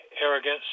arrogance